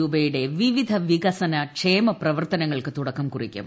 രൂപയുടെ വിവിധ വികസന ക്ഷേമ പ്രവർത്തനങ്ങൾക്ക് തുടക്കം കുറിക്കും